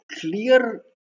clear